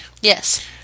Yes